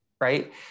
right